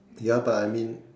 ya but I mean